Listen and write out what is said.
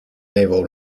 ranking